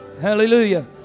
hallelujah